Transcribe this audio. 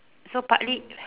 so partly